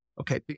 okay